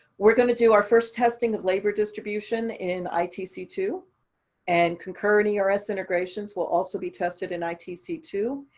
we're going to do our first testing of labor distribution in i t c two and concur and ers integrations will also be tested in i t c two.